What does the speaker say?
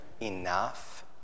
enough